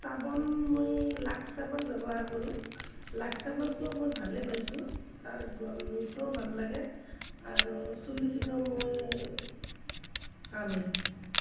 চাবোন মই লাক্স চাবোন ব্যৱহাৰ কৰোঁ লাক্স চাবোনটো মই ভালে পাইছোঁ তাৰ গোন্ধটোও ভাল লাগে আৰু চুলিখিনিও মই ভাল হয়